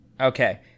Okay